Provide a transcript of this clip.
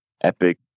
Epic